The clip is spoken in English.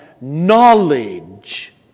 knowledge